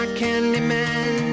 candyman